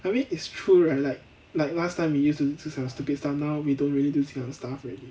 I mean it's true right like like last time we used to do some stupid stuff now we don't really do these kind of stuff already